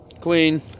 Queen